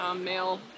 male